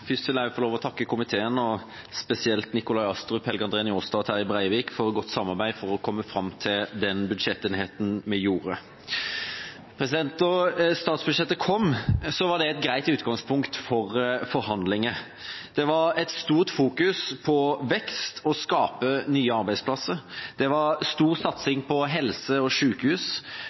Først vil jeg få takke komiteen, og spesielt Nikolai Astrup, Helge André Njåstad og Terje Breivik for et godt samarbeid for å komme fram til den budsjettenigheten vi gjorde. Da statsbudsjettet kom, var det et greit utgangspunkt for forhandlinger. Det var et sterkt fokus på vekst og på å skape nye arbeidsplasser. Det var stor satsing på helse og